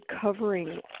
covering